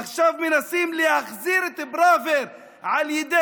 עכשיו מנסים להחזיר את פראוור על ידי,